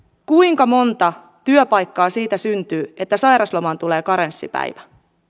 kuinka monta työpaikkaa syntyy siitä että sairauslomaan tulee karenssipäivä